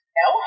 no